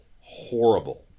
Horrible